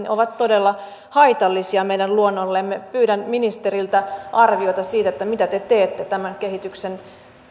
ovat todella haitallisia meidän luonnollemme pyydän ministeriltä arviota siitä mitä te teette tämän kehityksen